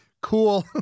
Cool